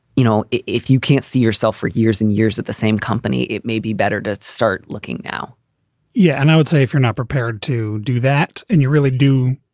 you know, if you can't see yourself for years and years at the same company, it may be better to start looking now yeah, and i would say if you're not prepared to do that and you really do.